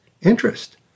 interest